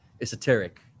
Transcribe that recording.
esoteric